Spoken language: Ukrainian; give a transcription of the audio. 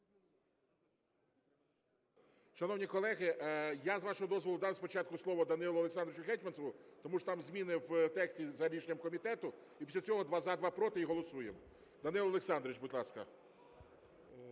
Данило Олександрович, будь ласка.